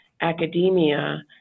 academia